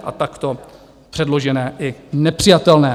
a takto předložené i nepřijatelné!